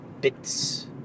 bits